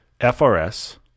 FRS